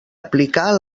aplicar